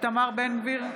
איתמר בן גביר,